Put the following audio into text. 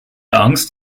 angst